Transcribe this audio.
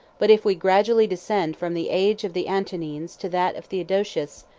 but if we gradually descend from the age of the antonines to that of theodosius,